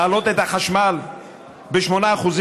להעלות את החשמל ב-8%?